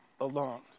alone